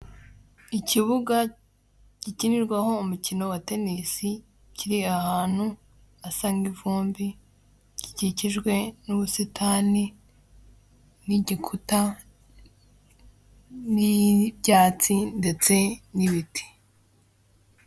Hirya no hino ugenda usanga hari amasoko atandukanye kandi acuruza ibicuruzwa bitandukanye, ariko amenshi murayo masoko usanga ahuriyeho n'uko abacuruza ibintu bijyanye n'imyenda cyangwa se imyambaro y'abantu bagiye batandukanye. Ayo masoko yose ugasanga ari ingirakamaro cyane mu iterambere ry'umuturage ukamufasha kwiteraza imbere mu buryo bumwe kandi akanamufasha no kubaho neza mu buryo bw'imyambarire.